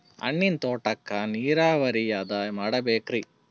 ಹಣ್ಣಿನ್ ತೋಟಕ್ಕ ನೀರಾವರಿ ಯಾದ ಮಾಡಬೇಕ್ರಿ?